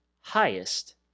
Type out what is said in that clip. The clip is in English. highest